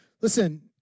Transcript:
Listen